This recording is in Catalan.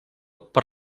per